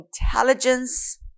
intelligence